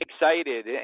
excited